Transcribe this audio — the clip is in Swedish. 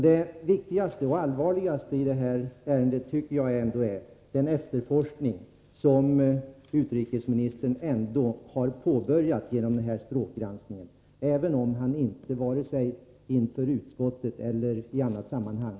Det viktigaste och allvarligaste i detta ärende är ändå den efterforskning som utrikesministern trots allt påbörjade genom språkgranskningen, även om han inte har erkänt detta, vare sig inför utskottet eller i annat sammanhang.